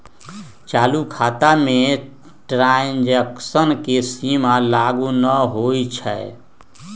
चालू खता में ट्रांजैक्शन के सीमा लागू न होइ छै